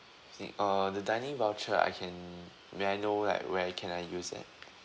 think uh the dining voucher I can may I know like where I can like use at